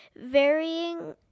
varying